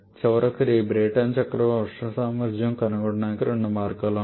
చివరకు ఈ బ్రైటన్ చక్రానికి ఉష్ణ సామర్థ్యం కనుగొనడానికి రెండు మార్గాలు ఉన్నాయి